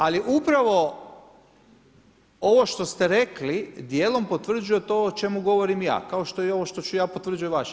Ali, upravo ovo što ste rekli, djelom potvrđuje to o čemu govorim ja, kao što i ovo što ću ja potvrđujem vaše.